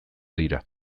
dira